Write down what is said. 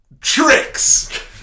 tricks